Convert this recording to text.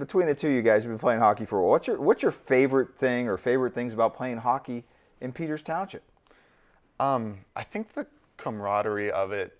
between the two you guys were playing hockey for what's your what's your favorite thing or favorite things about playing hockey in peter's town i think the camaraderie of it